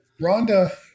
Rhonda